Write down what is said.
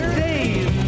days